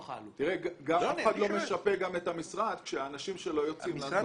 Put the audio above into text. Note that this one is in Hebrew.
אף אחד לא משפה את המשרד כשהאנשים שלו יוצאים.